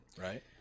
right